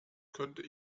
könnte